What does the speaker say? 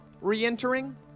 re-entering